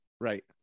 right